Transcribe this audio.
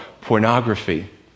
pornography